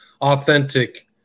authentic